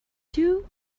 two